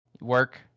Work